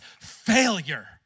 failure